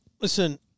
Listen